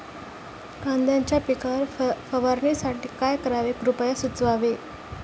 कांद्यांच्या पिकावर फवारणीसाठी काय करावे कृपया सुचवावे